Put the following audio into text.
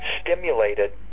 stimulated